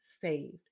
saved